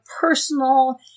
personal